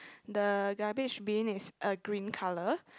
the rubbish bin is a green colour